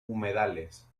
humedales